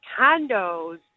condos